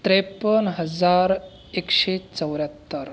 त्रेपन्न हजार एकशे चौऱ्याहत्तर